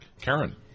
karen